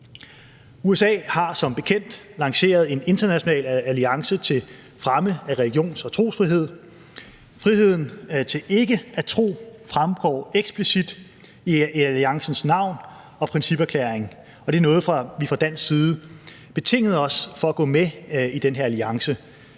USA har som bekendt lanceret en international alliance til fremme af religions- og trosfrihed. Friheden til ikke at tro fremgår eksplicit af alliancens navn og principerklæring, og det er noget, som vi fra dansk side betingede os for at gå med i den her alliance.